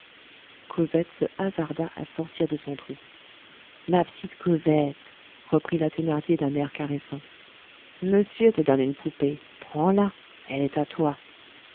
cosette se hasarda à sortir de son trou ma petite cosette reprit la thénardier d'un air caressant monsieur te donne une poupée prends-la elle est à toi